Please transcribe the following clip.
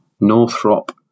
Northrop